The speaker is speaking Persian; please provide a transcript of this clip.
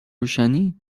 روشنی